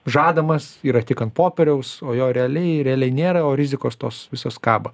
žadamas yra tik ant popieriaus o jo realiai realiai nėra o rizikos tos visos kabo